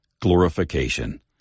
glorification